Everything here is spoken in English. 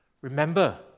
remember